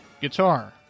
guitar